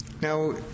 Now